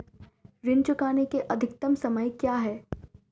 ऋण चुकाने का अधिकतम समय क्या है?